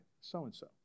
so-and-so